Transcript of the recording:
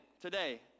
today